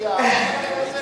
שתייה ברשותך,